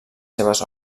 seves